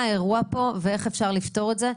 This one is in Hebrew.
תגיד לנו מה האירוע פה ואיך אפשר לפתור את זה.